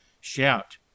shout